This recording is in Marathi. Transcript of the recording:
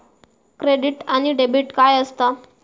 क्रेडिट आणि डेबिट काय असता?